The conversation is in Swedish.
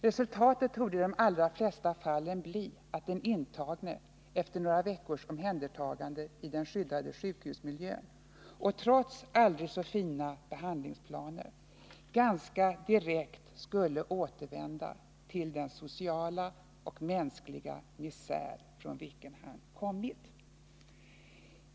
Resultatet torde i de flesta fall bli att den intagne efter några veckors omhändertagande i den skyddade sjukhusmiljön och trots aldrig så fina behandlingsplaner ganska direkt skulle återvända till den sociala och mänskliga misär från vilken han kommit.